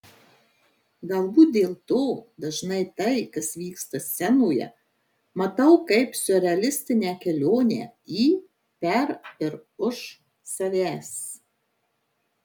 galbūt dėl to dažnai tai kas vyksta scenoje matau kaip siurrealistinę kelionę į per ir už savęs